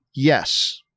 Yes